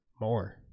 More